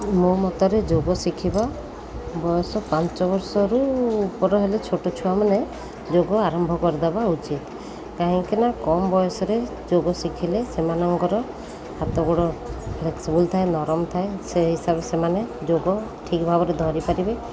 ମୋ ମତରେ ଯୋଗ ଶିଖିବା ବୟସ ପାଞ୍ଚ ବର୍ଷରୁ ଉପରେ ହେଲେ ଛୋଟ ଛୁଆମାନେ ଯୋଗ ଆରମ୍ଭ କରିଦେବା ଉଚିତ୍ କାହିଁକିନା କମ୍ ବୟସରେ ଯୋଗ ଶିଖିଲେ ସେମାନଙ୍କର ହାତ ଗୋଡ଼ ଫ୍ଲେକ୍ସିବୁଲ୍ ଥାଏ ନରମ ଥାଏ ସେ ହିସାବରେ ସେମାନେ ଯୋଗ ଠିକ୍ ଭାବରେ ଧରିପାରିବେ